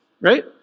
right